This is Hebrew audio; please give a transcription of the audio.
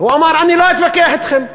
הוא אמר: אני לא אתווכח אתכם.